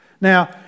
Now